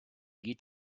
geht